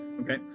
Okay